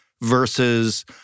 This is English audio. versus